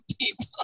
people